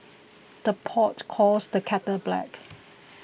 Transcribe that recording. the pot calls the kettle black